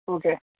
okay